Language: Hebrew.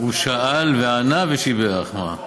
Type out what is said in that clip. הוא שאל וענה ושיבח, מה.